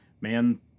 man